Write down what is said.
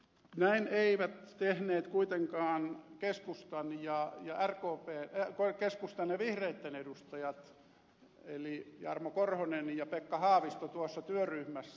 näin eivät tehneet kuitenkaan keskustan ja vihreitten edustajat eli jarmo korhonen ja pekka haavisto tuossa työryhmässä